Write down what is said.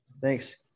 Thanks